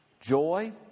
joy